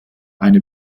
eine